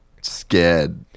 scared